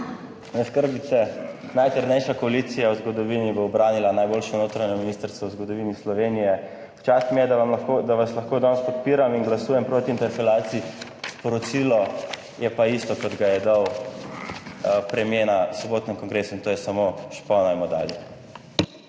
ne skrbite, najtrdnejša koalicija v zgodovini bo ubranila najboljše notranje ministrstvo v zgodovini Slovenije. V čast mi je, da vam lahko, da vas lahko danes podpiram in glasujem proti interpelaciji. Sporočilo je pa isto, kot ga je dal premier na sobotnem kongresu in to je samo šponajmo dalje.